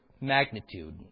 magnitude